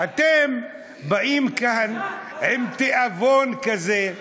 סליחה, סליחה, אתם באים לכאן עם תיאבון כזה: